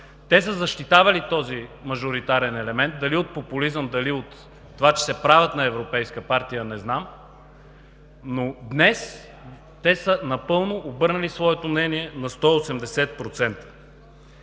Те са защитавали този мажоритарен елемент – дали от популизъм, дали от това, че се правят на европейска партия, не знам, но днес те напълно са обърнали своето мнение на 180%.